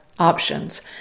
options